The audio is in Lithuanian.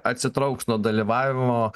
atsitrauks nuo dalyvavimo